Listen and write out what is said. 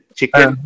Chicken